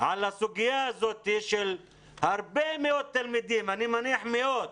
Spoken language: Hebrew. על הסוגיה של הרבה מאוד תלמידים אני מניח שמאות